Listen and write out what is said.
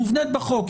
מובנית בחוק,